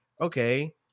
okay